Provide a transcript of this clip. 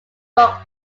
block